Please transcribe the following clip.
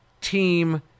team